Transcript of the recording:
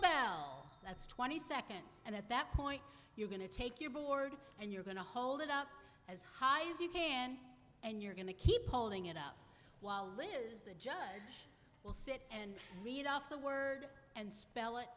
the bell that's twenty seconds and at that point you're going to take your board and you're going to hold it up as high as you can and you're going to keep pulling it out while liz the judge will sit and read off the word and spell it